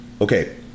okay